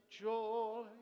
joy